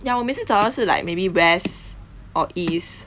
ya 我每次找的是 like maybe west or east